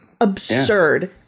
absurd